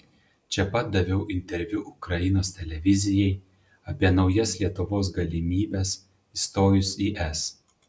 čia pat daviau interviu ukrainos televizijai apie naujas lietuvos galimybes įstojus į es